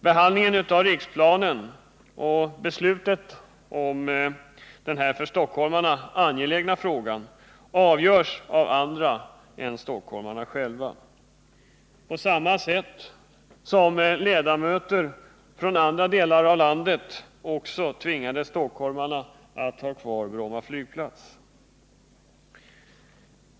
Behandlingen av Riksplan och beslutet om denna för stockholmarna angelägna fråga avgörs av andra än stockholmarna själva på samma sätt som ledamöter från andra delar av landet tvingade stockholmarna att ha kvar Bromma flygplats.